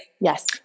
Yes